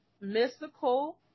mystical